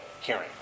hearing